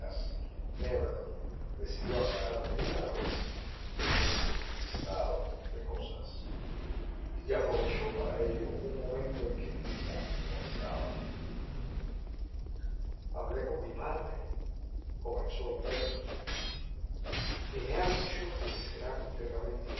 decidió aclarar de una vez ese estado de cosas y aprovechó para ello un momento en que lidia no estaba hablé con mi padre comenzó nébel y me ha dicho que le será completamente